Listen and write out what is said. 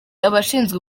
abashinzwe